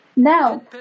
Now